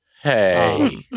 Hey